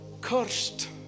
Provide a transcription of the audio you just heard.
cursed